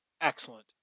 excellent